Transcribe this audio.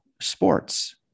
sports